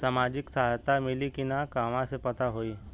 सामाजिक सहायता मिली कि ना कहवा से पता होयी?